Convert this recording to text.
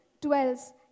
dwells